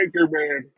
Anchorman